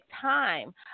time